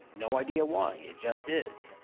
no idea why, it just is.